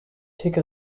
take